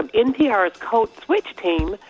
from npr's code switch team,